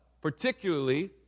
particularly